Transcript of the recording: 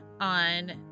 on